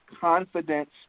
confidence